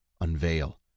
unveil